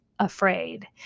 Afraid